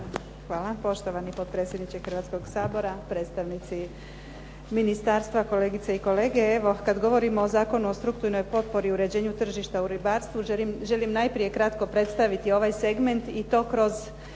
Hvala, poštovani potpredsjedniče Hrvatskoga sabora. Predstavnici ministarstva, kolegice i kolege. Evo, kad govorimo o Zakonu o strukturnoj potpori i uređenju tržišta u ribarstvu želim najprije kratko predstaviti ovaj segment i to kroz